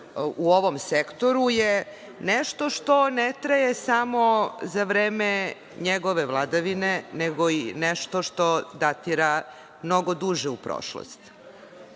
u ovom sektoru je nešto što ne traje samo za vreme njegove vladavine nego nešto što i datira mnogo duže u prošlosti.Međutim,